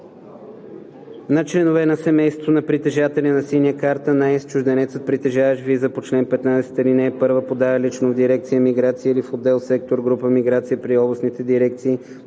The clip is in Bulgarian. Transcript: на членове на семейството на притежателя на „Синя карта на ЕС“ чужденецът, притежаващ виза по чл. 15, ал. 1, подава лично в дирекция „Миграция“ или в отдел/сектор/група „Миграция“ при областните дирекции